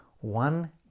one